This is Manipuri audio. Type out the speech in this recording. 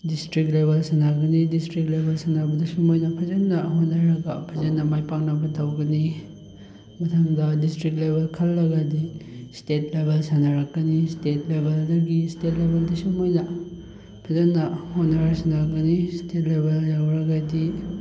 ꯗꯤꯁꯇ꯭ꯔꯤꯛ ꯂꯦꯕꯦꯜ ꯁꯥꯟꯅꯒꯅꯤ ꯗꯤꯁꯇ꯭ꯔꯤꯛ ꯂꯦꯕꯦꯜ ꯁꯥꯟꯅꯕꯗꯁꯨ ꯃꯣꯏꯅ ꯐꯖꯅ ꯍꯣꯠꯅꯔꯒ ꯐꯖꯅ ꯃꯥꯏ ꯄꯥꯛꯅꯕ ꯇꯧꯒꯅꯤ ꯃꯊꯪꯗ ꯗꯤꯁꯇ꯭ꯔꯤꯛ ꯂꯦꯕꯦꯜ ꯈꯜꯂꯒꯗꯤ ꯁ꯭ꯇꯦꯠ ꯂꯦꯕꯦꯜ ꯁꯥꯟꯅꯔꯛꯀꯅꯤ ꯁ꯭ꯇꯦꯠ ꯂꯦꯕꯦꯜꯗꯒꯤ ꯁ꯭ꯇꯦꯠ ꯂꯦꯕꯦꯜꯗꯁꯨ ꯃꯣꯏꯅ ꯐꯖꯅ ꯍꯣꯠꯅꯔ ꯁꯥꯟꯅꯒꯅꯤ ꯁ꯭ꯇꯦꯠ ꯂꯦꯕꯦꯜ ꯌꯧꯔꯒꯗꯤ